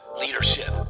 leadership